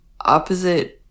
opposite